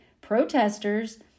protesters